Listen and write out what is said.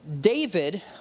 David